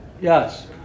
Yes